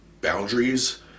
boundaries